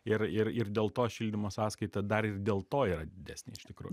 ir ir ir dėl to šildymo sąskaita dar ir dėl to yra didesnė iš tikro